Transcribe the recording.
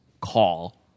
call